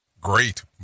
Great